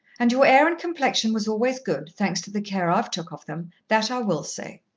and your hair and complexion was always good, thanks to the care i've took of them that i will say.